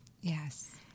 Yes